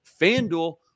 FanDuel